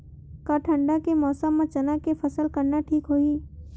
का ठंडा के मौसम म चना के फसल करना ठीक होही?